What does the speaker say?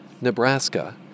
Nebraska